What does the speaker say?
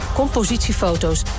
compositiefoto's